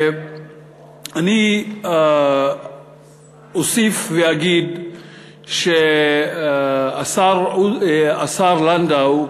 אני אוסיף ואגיד שהשר לנדאו,